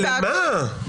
משה, למה?